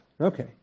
Okay